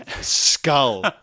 skull